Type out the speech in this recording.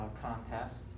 contest